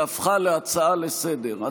שהפכה להצעה לסדר-היום.